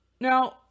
now